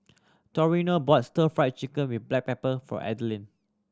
Toriano bought Stir Fried Chicken with black pepper for